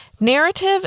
Narrative